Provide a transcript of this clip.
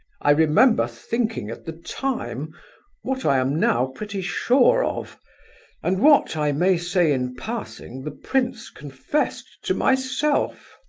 i remember thinking at the time what i am now pretty sure of and what, i may say in passing, the prince confessed to myself.